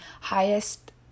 highest